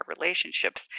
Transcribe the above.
relationships